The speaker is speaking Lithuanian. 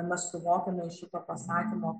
mes suvokiame iš šito pasakymo